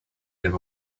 give